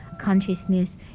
consciousness